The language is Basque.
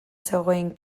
zegoen